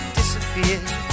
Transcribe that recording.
disappeared